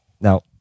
Now